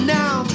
now